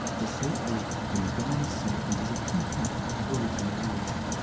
the so-called yingarna serpent is a key part of aboriginal religion.